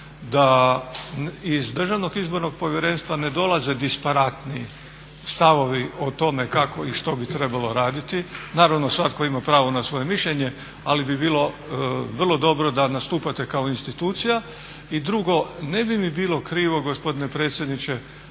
i Vrhovnog suda da iz DIP-a ne dolaze disparatni stavovi o tome kako i što bi trebalo raditi, naravno svatko ima pravo na svoje mišljenje, ali bi bilo vrlo dobro da nastupate kao institucija. I drugo, ne bi mi bilo krivo gospodine predsjedniče